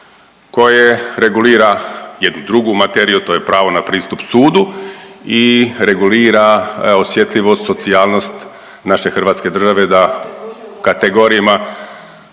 koje regulira jednu drugu materiju, a to je pravo na pristup sudu i regulira evo osjetljivost, socijalnost naše Hrvatske države da u kategorijama,